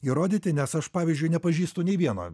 įrodyti nes aš pavyzdžiui nepažįstu nei vieno